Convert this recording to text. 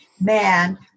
man